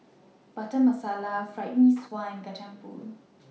Butter Masala Fried Mee Sua and Kacang Pool